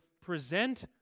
present